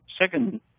second